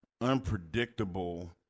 unpredictable